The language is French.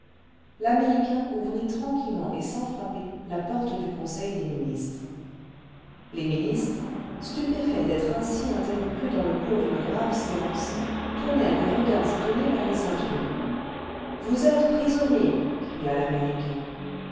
l'américain ouvrit tranquillement et sans frapper la porte du conseil des ministres le vingtième siècle les ministres stupéfaits d'être ainsi interrompus dans le cours d'une grave séance tournèrent des regards étonnés vers les intrus vous êtes prisonniers cria l'américain